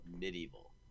medieval